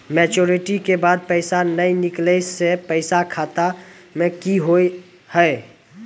Maturity के बाद पैसा नए निकले से पैसा खाता मे की होव हाय?